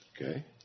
okay